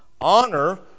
Honor